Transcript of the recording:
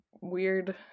weird